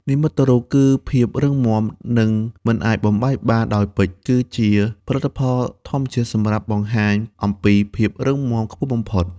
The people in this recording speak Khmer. និមិត្តរូបគឺភាពរឹងមាំ និងមិនអាចបំបែកបានដោយពេជ្រ គឺជាផលិតផលធម្មជាតិសម្រាប់បង្ហាញអំពី ភាពរឹងមាំខ្ពស់បំផុត។